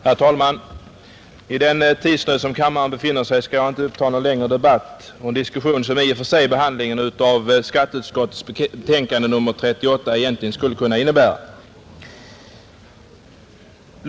Herr talman! I den tidsnöd kammaren befinner sig i skall jag inte uppta någon längre debatt eller diskussion om skatteutskottets betänkande nr 38, fastän det egentligen borde föranleda därtill.